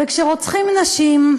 וכשרוצחים נשים,